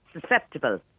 susceptible